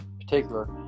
particular